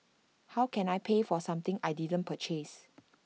how can I pay for something I didn't purchase